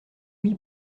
oui